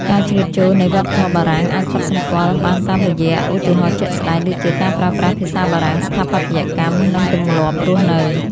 ការជ្រៀតចូលនៃវប្បធម៌បារាំងអាចកត់សម្គាល់បានតាមរយៈ ឧទាហរណ៍ជាក់ស្ដែង ដូចជា ការប្រើប្រាស់ភាសាបារាំង ស្ថាបត្យកម្ម និងទម្លាប់រស់នៅ។